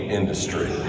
industry